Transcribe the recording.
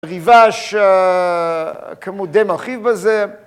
ריב"ש כאמור די מרחיב בזה.